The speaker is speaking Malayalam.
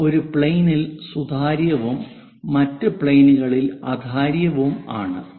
ഇവ ഒരു പ്ലെയിനിൽ സുതാര്യവും മറ്റ് പ്ലെയിനുകളിൽ അതാര്യവുമാണ്